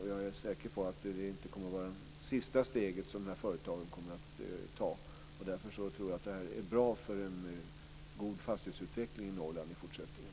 Jag är säker på att det inte kommer att vara det sista steget som de här företagen kommer att ta. Därför tror jag att det här är bra för en god fastighetsutveckling i Norrland i fortsättningen.